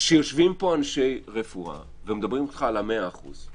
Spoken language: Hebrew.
יושבים פה אנשים רפואה ומדברים אתך על 100%;